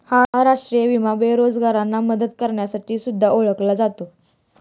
हा राष्ट्रीय विमा बेरोजगारांना मदत करण्यासाठी सुद्धा ओळखला जातो